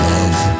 Love